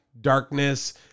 darkness